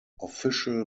official